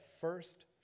first